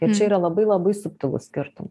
ir čia yra labai labai subtilūs skirtumai